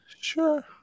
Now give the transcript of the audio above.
Sure